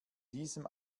diesem